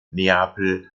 neapel